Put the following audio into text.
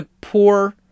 poor